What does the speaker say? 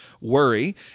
Worry